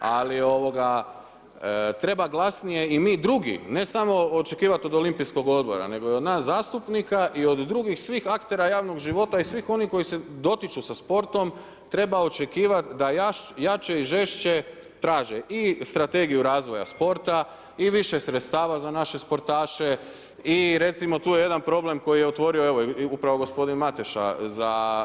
Ali treba glasnije i mi drugi, ne samo očekivat od Olimpijskog odbora, nego i od nas zastupnika i od drugih svih aktera javnog života i svih onih koji se dotiču sa sportom treba očekivat da jače i žešće traže i Strategiju razvoja sporta i više sredstava za naše sportaše i recimo tu je jedan problem koji je otvorio evo upravo gospodin Mateša za.